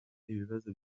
ibibazo